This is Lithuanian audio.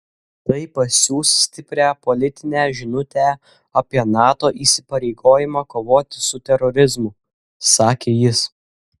tai pasiųs stiprią politinę žinutę apie nato įsipareigojimą kovoti su terorizmu sakė jis